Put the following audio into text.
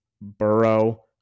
Burrow